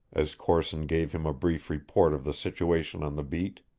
as corson gave him a brief report of the situation on the beat.